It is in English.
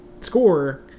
Score